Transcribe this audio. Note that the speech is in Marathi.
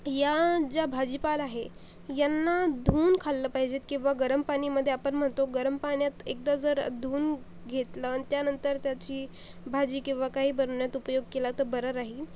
या ज्या भाजीपाला आहे यांना धुवून खाल्लं पाहिजे किंवा गरम पाणीमध्ये आपण म्हणतो गरम पाण्यात एकदा जर धुवून घेतलं अन् त्यानंतर त्याची भाजी किंवा काही बनवण्यात उपयोग केला तर बरं राहील